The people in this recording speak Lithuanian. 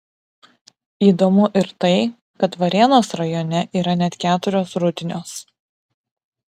įdomu ir tai kad varėnos rajone yra net keturios rudnios